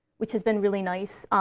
which has been really nice,